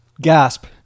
Gasp